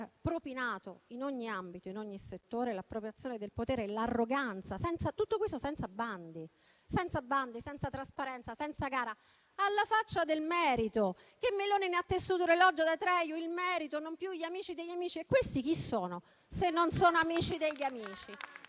propinato in ogni ambito, in ogni settore: l'appropriazione del potere, l'arroganza. Tutto questo, tra l'altro, avviene senza bandi, senza trasparenza, senza gara. Alla faccia del merito, di cui Meloni ha tessuto l'elogio ad Atreju: il merito, non più gli amici degli amici! E questi chi sono, se non amici degli amici?